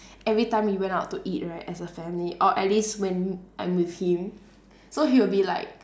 every time we went out to eat right as a family or at least when I'm with him so he will be like